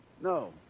No